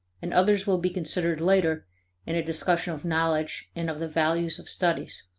and others will be considered later in a discussion of knowledge and of the values of studies.